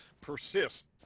persist